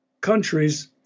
countries